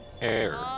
Air